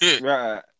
Right